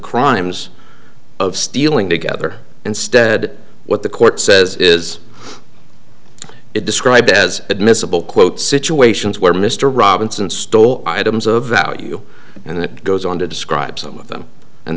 crimes of stealing together instead what the court says is it described as admissible quote situations where mr robinson stole items of value and it goes on to describe some of them and